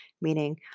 meaning